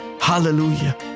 hallelujah